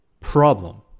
problem